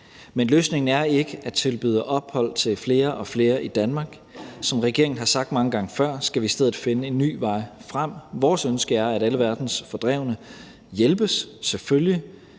Men løsningen er ikke at tilbyde ophold til flere og flere i Danmark. Som regeringen har sagt mange gange før, skal vi i stedet finde en ny vej frem. Vores ønske er, at alle verdens fordrevne hjælpes, selvfølgelig,